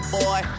boy